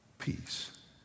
Peace